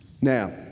Now